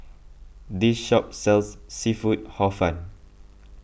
this shop sells Seafood Hor Fun